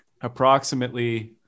Approximately